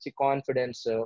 confidence